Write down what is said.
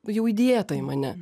jau įdėta į mane